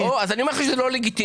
אז אני אומר לך שזה לא לגיטימי.